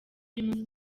primus